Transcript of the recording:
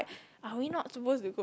are we not suppose to go